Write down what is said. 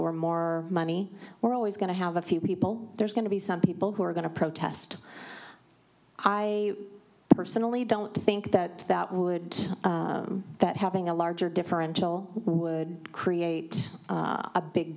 or more money we're always going to have a few people there's going to be some people who are going to protest i personally don't think that that would that having a larger differential would create a big